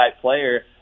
player